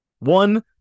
One